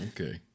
Okay